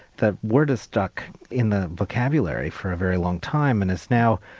that word has stuck in the vocabulary for a very long time and has now,